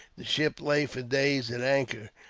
the ship lay for days at anchor,